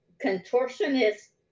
contortionist